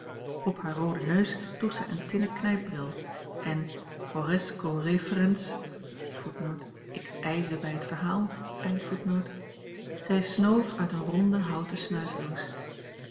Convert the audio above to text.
op haar rooden neus droeg zij een tinnen knijpbril en horresco referens zij snoof uit